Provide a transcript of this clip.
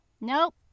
Nope